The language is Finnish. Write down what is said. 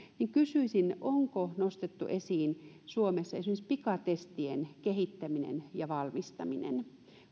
kysyisin onko nostettu esiin esimerkiksi suomessa pikatestien kehittäminen ja valmistaminen